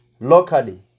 locally